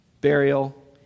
burial